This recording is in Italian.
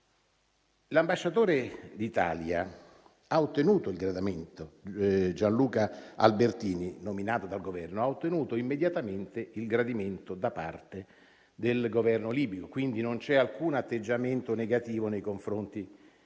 L'ambasciatore d'Italia Gianluca Albertini, nominato dal Governo, ha ottenuto immediatamente il gradimento da parte del Governo libico; quindi non c'è alcun atteggiamento negativo nei confronti